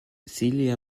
celia